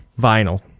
vinyl